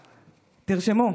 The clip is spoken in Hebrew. תרשמו."